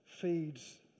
feeds